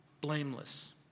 blameless